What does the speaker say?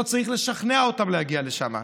לא צריך לשכנע אותן להגיע לשם.